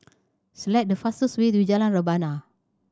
select the fastest way to Jalan Rebana